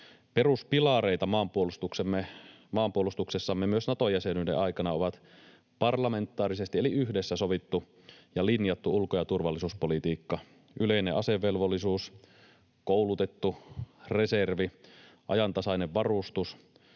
Peruspilareita maanpuolustuksessamme myös Nato-jäsenyyden aikana ovat parlamentaarisesti eli yhdessä sovittu ja linjattu ulko- ja turvallisuuspolitiikka, yleinen asevelvollisuus, koulutettu reservi, ajantasainen varustus,